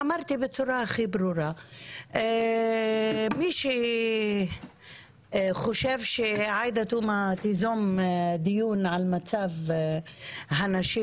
אמרתי בצורה הכי ברורה שמי שחושב שעאידה תומא תיזום דיון על מצב הנשים